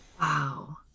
Wow